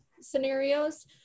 scenarios